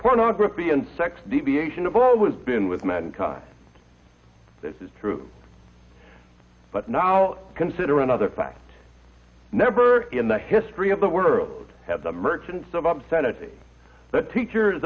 pornography and sex deviation always been with men this is true but now consider another fact never in the history of the world have the merchants of obscenity the teachers